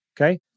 okay